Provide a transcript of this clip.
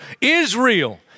Israel